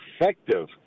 effective